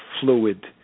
fluid